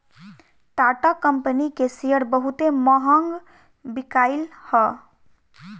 Tata company के शेयर बहुते महंग बिकाईल हअ